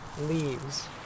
leaves